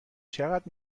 چقدر